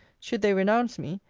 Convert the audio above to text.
should they renounce me,